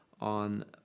on